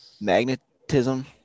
magnetism